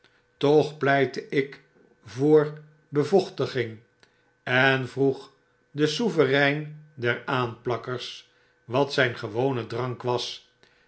toch pleitte ik voor bevochtiging en vroeg den souverein der aanplakkers wat zyn gewone drank was